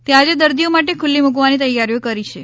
તે આજે દર્દીઓ માટે ખુલ્લી મૂકવાની તૈયારીઓ કરી છે